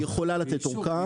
יכולה לתת אורכה.